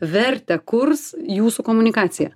verta kurs jūsų komunikacija